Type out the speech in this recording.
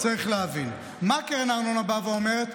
צריך להבין: מה קרן הארנונה באה ואומרת?